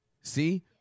See